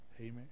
amen